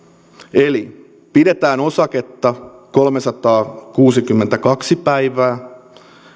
eli pidetään osaketta kolmesataakuusikymmentäkaksi päivää